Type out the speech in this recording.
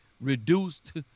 reduced